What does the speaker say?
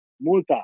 Multa